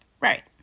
Right